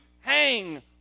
hang